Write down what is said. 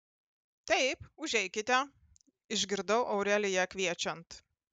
taip užeikite išgirdau aureliją kviečiant